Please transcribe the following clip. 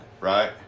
right